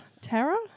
Tara